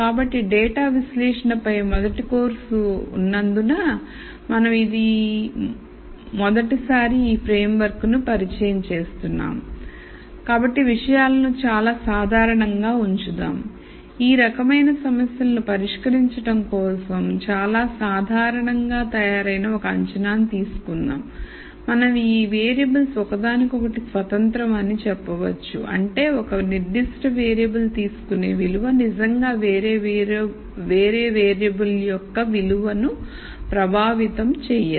కాబట్టి డేటా విశ్లేషణపై మొదటి కోర్సు ఉన్నందున మరియు ఇది మనం మొదటిసారి ఈ ఫ్రేమ్వర్క్ను పరిచయం చేస్తున్నాం కాబట్టి విషయాలను చాలా సాధారణంగా ఉంచుదాం ఈ రకమైన సమస్యలను పరిష్కరించడం కోసం చాలా సాధారణంగా తయారైన ఒక అంచనాను తీసుకుందాం మనం ఈ వేరియబుల్స్ ఒకదానికొకటి స్వతంత్రం అని చెప్పవచ్చు అంటే ఒక నిర్దిష్ట వేరియబుల్ తీసుకునే విలువ నిజంగా వేరే వేరియబుల్ యొక్క విలువను ప్రభావితం చేయదు